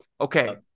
okay